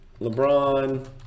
LeBron